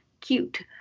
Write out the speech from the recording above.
cute